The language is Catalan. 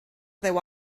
deu